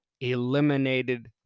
eliminated